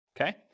okay